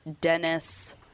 Dennis